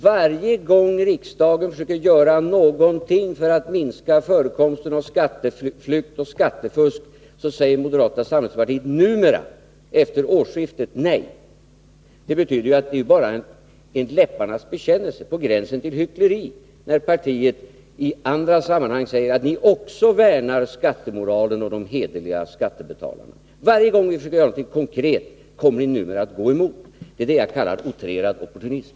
Varje gång riksdagen försöker göra någonting för att minska förekomsten av skatteflykt och skattefusk säger moderata samlingspartiet numera — efter årsskiftet — nej. Det betyder att det bara är en läpparnas bekännelse, på gränsen till hyckleri, när partiet i andra sammanhang säger att man vill värna skattemoralen och de hederliga skattebetalarna. Varje gång vi försöker göra någonting konkret kommer ni numera att gå emot. Det är detta jag kallar utrerad opportunism.